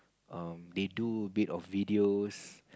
um they do a bit of videos